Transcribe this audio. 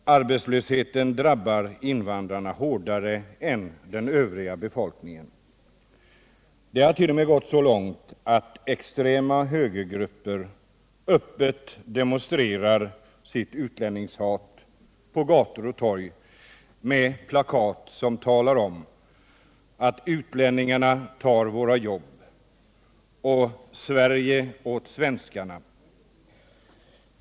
Arbetslösheten drabbar invandrarna hårdare än den övriga befolkningen. Det har t.o.m. gått så långt att extrema högergrupper öppet demonstrerar sitt utlänningshat på gator och torg med plakat försedda med slagord som ”Utlänningarna tar våra jobb” och ”Sverige åt svenskarna”.